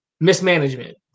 mismanagement